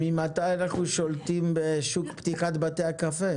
ממתי אנחנו שולטים בשוק פתיחת בתי הקפה?